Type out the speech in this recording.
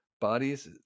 Bodies